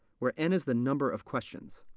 where n is the number of questions.